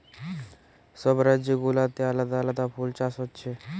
সব রাজ্য গুলাতে আলাদা আলাদা ফুল চাষ হচ্ছে